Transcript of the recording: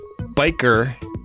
biker